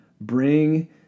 bring